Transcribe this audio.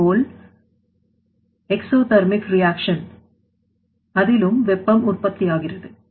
அதேபோல் exothermic reaction அதிலும் வெப்பம் உற்பத்தியாகிறது